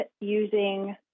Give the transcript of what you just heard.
using